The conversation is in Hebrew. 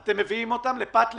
ועכשיו אתם מביאים אותם לפת לחם.